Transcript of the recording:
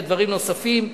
ודברים נוספים.